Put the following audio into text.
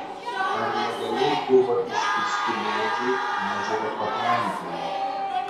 ar legaliai buvo iškirsti medžiai ežero pakrantėje